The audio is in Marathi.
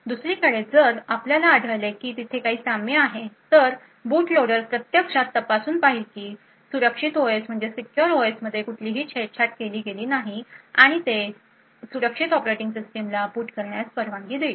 दुसरीकडे जर आपल्याला आढळले की तिथे काही साम्य आहे तर बूट लोडरने प्रत्यक्षात तपासून पाहिलं की सुरक्षित ओएस मध्ये कुठलीही छेडछाड केलेली नाही आणि ते सुरक्षित ऑपरेटिंग सिस्टमला बूट करण्यास परवानगी देईल